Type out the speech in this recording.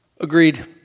Agreed